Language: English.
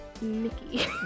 Mickey